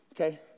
Okay